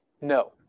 no